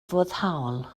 foddhaol